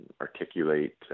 articulate